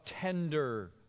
tender